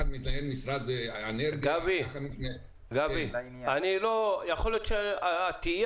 חברות חלוקה וגם תעשיינים לא יכולים להתקיים